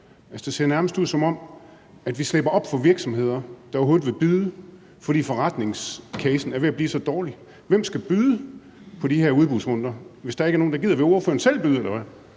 det ser nærmest ud, som om de virksomheder, der overhovedet vil byde, slipper op, fordi forretningscasen er ved at blive så dårlig. Hvem skal byde i de her udbudsrunder, hvis der ikke er nogen, der gider? Vil ordføreren selv byde,